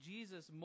Jesus